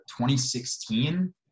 2016